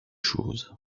choses